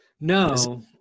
no